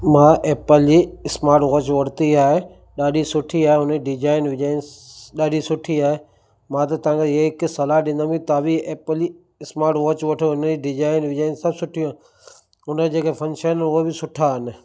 मां एप्पल जी smart watch वरिती आहे ॾाढी सुठी आहे हुनजी डिजाइन विजाइन ॾाढी सुठी आहे मां त तव्हांखे इअं हिकु सलाह ॾींदुमि कि तव्हां बि एप्पल जी स्माट वॉच वठो हुनजी डिजाइन विजाइन सभु सभु सुठी हुन जेका फ़ंक्शन उहा बि सुठा आहिनि